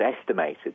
estimated